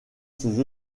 ses